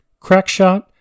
Crackshot